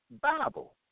Bible